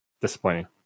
Disappointing